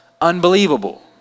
unbelievable